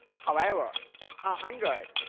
however, on android,